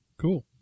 Cool